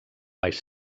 baix